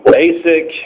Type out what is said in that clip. basic